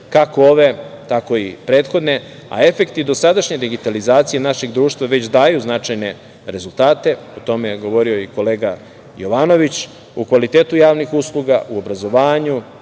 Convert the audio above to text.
kako ove, tako i prethodne, a efekti dosadašnje digitalizacije naših društva, već daju značajne rezultate, o tome je govorio i kolega Jovanović, o kvalitetu javnih usluga u obrazovanju,